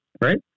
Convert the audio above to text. Right